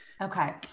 okay